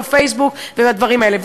בפייסבוק ובדברים האלה.